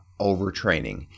overtraining